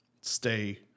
stay